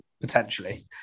potentially